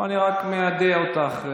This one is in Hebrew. אני רק מיידע אותך,